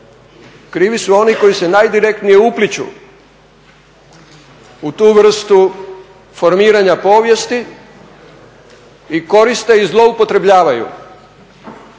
Krivi su oni koji se najdirektnije upliću u tu vrstu formiranja povijesti i koriste i zloupotrebljavaju